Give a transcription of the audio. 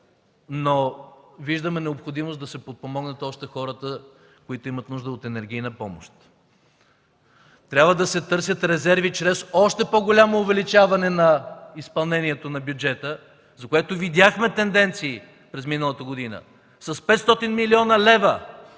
но виждаме необходимост още да се подпомогнат хората, които имат нужда от енергийна помощ. Трябва да се търсят резерви чрез още по-голямо увеличаване на изпълнението на бюджета, за което видяхме тенденции през миналата година. С 500 млн. лв.